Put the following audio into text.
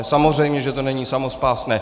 Samozřejmě že to není samospásné.